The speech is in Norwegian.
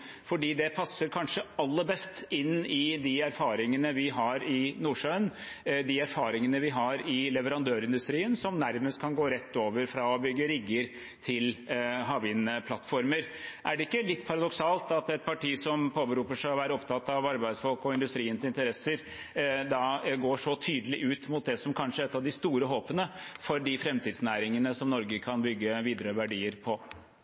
fordi det kanskje passer aller best inn i de erfaringene vi har i Nordsjøen, de erfaringene vi har i leverandørindustrien, som nærmest kan gå rett over fra å bygge rigger til havvindplattformer. Er det ikke litt paradoksalt at et parti som påberoper seg å være opptatt av arbeidsfolk og industriens interesser, går så tydelig ut mot det som kanskje er et av de store håpene for de framtidsnæringene som Norge kan bygge videre verdier på?